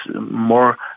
more